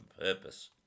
purpose